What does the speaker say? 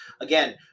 again